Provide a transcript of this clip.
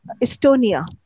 Estonia